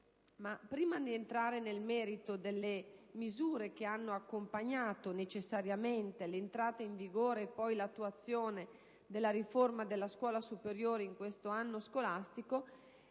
Ma prima di entrare nel merito delle misure che hanno accompagnato necessariamente l'entrata in vigore e poi l'attuazione della riforma della scuola superiore in quest'anno scolastico,